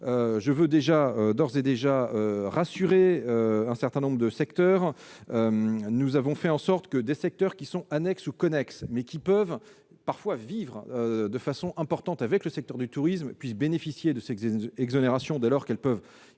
Je veux d'ores et déjà rassurer un certain nombre de secteurs. Nous avons fait en sorte que des secteurs qui sont annexes ou connexes, mais qui dépendent parfois de façon importante du secteur du tourisme, puissent bénéficier de ces exonérations, dès lors que ces structures